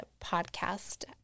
podcast